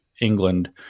England